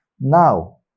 Now